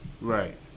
Right